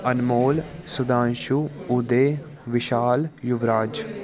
Anmol Sudhanshu Uday Vishal Yuvraj